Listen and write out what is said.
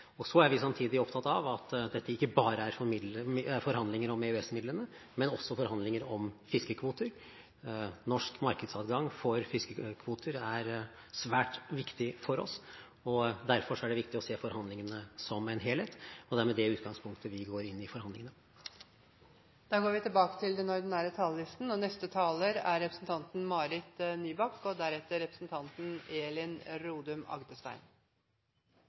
side. Så er vi samtidig opptatt av at dette ikke bare er forhandlinger om EØS-midlene, men også forhandlinger om fiskekvoter. Norsk markedsadgang for fiskekvoter er svært viktig for oss. Derfor er det viktig å se forhandlingene som en helhet, og det er med det utgangspunktet vi går inn i forhandlingene. Replikkordskiftet er